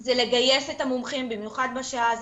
זה לגייס את המומחים במיוחד בשעה הזאת,